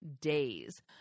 days